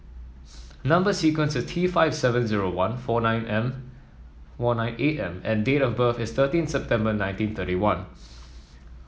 number sequence is T five seven zero one four nine M one nine eight M and date of birth is thirteen September nineteen thirty one